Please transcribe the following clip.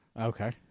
Okay